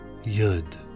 Yud